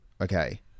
okay